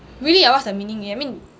really ah what's the meaning eh I mean